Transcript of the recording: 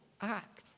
act